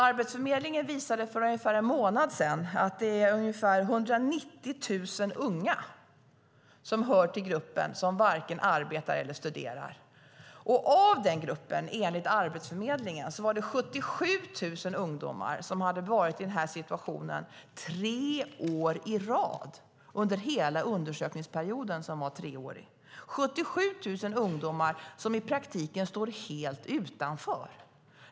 Arbetsförmedlingen visade för ungefär en månad sedan att ca 190 000 unga hör till gruppen som varken arbetar eller studerar. Av den gruppen, enligt Arbetsförmedlingen, var det 77 000 ungdomar som hade varit i den här situationen tre år i rad, under hela undersökningsperioden på tre år. Det är 77 000 ungdomar som i praktiken står helt utanför.